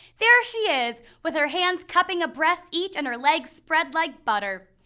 there she is, with her hands cupping a breast each and her legs spread like butter.